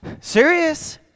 Serious